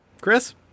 Chris